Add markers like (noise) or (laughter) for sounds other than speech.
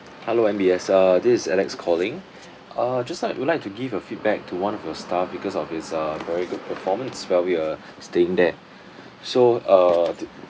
hello M_B_S uh this is alex calling (breath) uh just like would like to give a feedback to one of your staff because of his uh very good performance while we were (breath) staying there so uh the